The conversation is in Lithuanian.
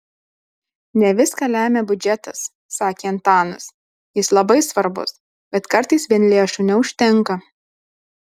ne viską lemia biudžetas sakė antanas jis labai svarbus bet kartais vien lėšų neužtenka